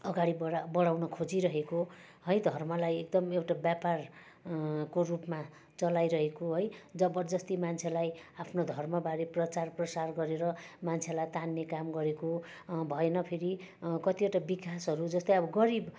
अगाडि बढा बढाउन खोजी रहेको है धर्मलाई एकदम एउटा व्यापार को रूपमा चलाइरहेको है जबर्जस्ती मान्छेलाई आफ्नो धर्मबारे प्रचार प्रसार गरेर मान्छेलाई तान्ने काम गरेको भएन फेरि कतिवटा विकासहरू जस्तै अब गरिब